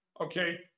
Okay